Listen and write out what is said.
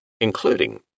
including